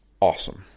Awesome